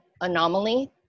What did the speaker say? anomaly